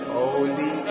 Holy